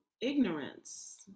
ignorance